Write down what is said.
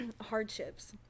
hardships